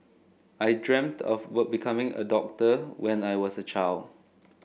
I dreamt of what becoming a doctor when I was a child